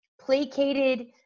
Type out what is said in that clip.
placated